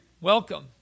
welcome